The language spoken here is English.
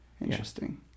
Interesting